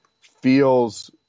feels